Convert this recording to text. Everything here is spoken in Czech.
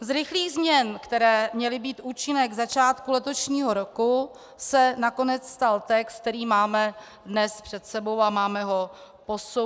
Z rychlých změn, které měly být účinné k začátku letošního roku, se nakonec stal text, který máme dnes před sebou a máme ho posoudit.